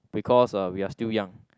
because uh we are still young